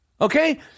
Okay